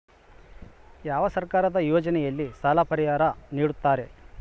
ಯಾವ ಸರ್ಕಾರದ ಯೋಜನೆಯಲ್ಲಿ ಸಾಲ ಪರಿಹಾರ ನೇಡುತ್ತಾರೆ?